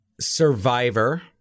Survivor